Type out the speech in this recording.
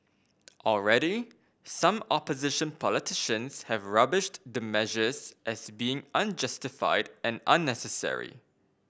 already some opposition politicians have rubbished the measures as being unjustified and unnecessary